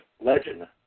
legend